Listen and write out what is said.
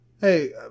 Hey